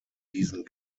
diesen